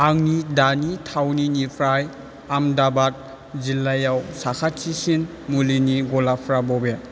आंनि दानि थावनिनिफ्राय आहमेदाबाद जिल्लायाव साखाथिसिन मुलिनि गलाफ्रा बबे